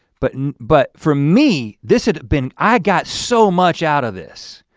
but and but for me, this had been i got so much out of this.